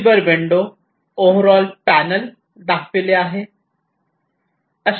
receiver window overall panel दाखविली आहे